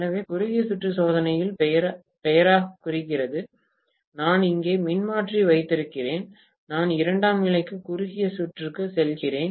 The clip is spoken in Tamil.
எனவே குறுகிய சுற்று சோதனையில் பெயராக குறிக்கிறது நான் இங்கே மின்மாற்றி வைத்திருக்கிறேன் நான் இரண்டாம் நிலைக்கு குறுகிய சுற்றுக்கு செல்கிறேன்